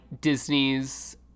Disney's